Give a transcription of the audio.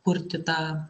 kurti tą